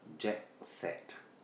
Jet set